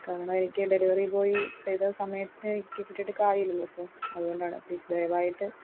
കാരണം എനിക്ക് delivery boy ചെയ്ത സമയത്തിന് കിട്ടിയിട്ട് കാര്യമില്ലല്ലോ സാർ അതുകൊണ്ടാണ് പ്ലീസ് ദയവായിട്ട്